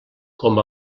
com